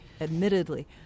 admittedly